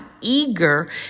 eager